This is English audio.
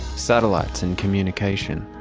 satellites and communication.